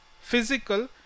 physical